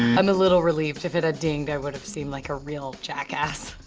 i'm a little relieved. if it had dinged, i would've seemed like a real jackass.